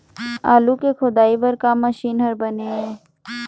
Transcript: आलू के खोदाई बर का मशीन हर बने ये?